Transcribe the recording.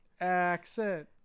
accent